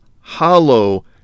hollow